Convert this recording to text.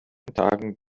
tagen